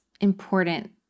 important